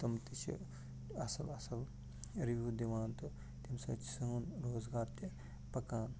تم تہِ چھِ اَصٕل اَصٕل رِوِو دِوان تہٕ تٔمۍ سۭتۍ چھِ سون روزگار تہِ پکان